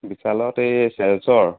বিশালত এই চেলচৰ